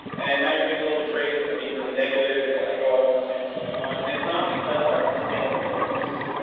and now you're feeling a little betrayed because i'm being really negative, and you're like, oh, i don't understand what's going on. and it's not because i wanna stand up here like this.